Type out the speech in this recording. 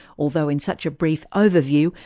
although in such a brief overview,